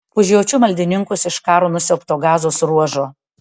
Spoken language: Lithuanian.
užjaučiu maldininkus iš karo nusiaubto gazos ruožo